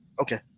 Okay